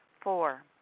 Four